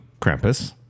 Krampus